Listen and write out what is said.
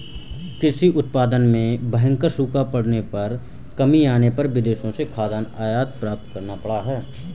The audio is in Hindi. कृषि उत्पादन में भयंकर सूखा पड़ने पर कमी आने पर विदेशों से खाद्यान्न आयात करना पड़ता है